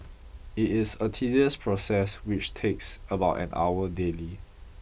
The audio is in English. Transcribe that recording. it is a tedious process which takes about an hour daily